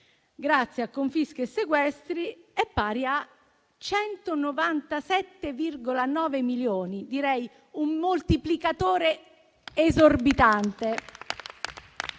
grazie a confische e sequestri è stato pari a 197,9 milioni, direi un moltiplicatore esorbitante